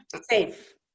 safe